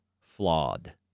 flawed